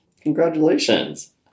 Congratulations